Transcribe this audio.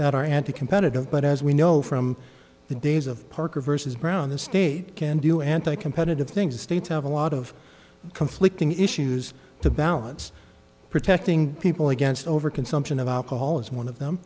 that are anti competitive but as we know from the days of parker vs brown the state can do anti competitive things the states have a lot of conflicting issues to balance protecting people against over consumption of alcohol is one of them